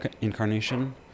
incarnation